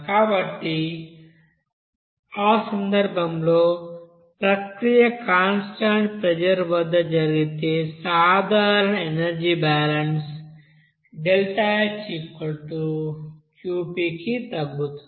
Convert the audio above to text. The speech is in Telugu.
కాబట్టి ఆ సందర్భంలో ప్రక్రియ కాన్స్టాంట్ ప్రెజర్ వద్ద జరిగితే సాధారణ ఎనర్జీ బాలన్స్ ΔHQp కి తగ్గుతుంది